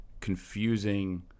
confusing